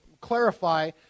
clarify